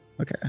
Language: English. Okay